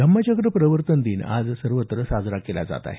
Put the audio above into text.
धम्मचक्र प्रवर्तन दिन आज सर्वत्र साजरा केला जात आहे